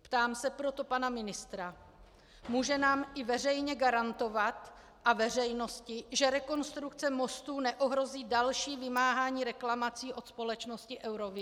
Ptám se proto pana ministra: Může nám i veřejně garantovat a veřejnosti, že rekonstrukce mostů neohrozí další vymáhání reklamací od společnosti Eurovia?